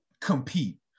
compete